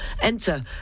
enter